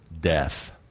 death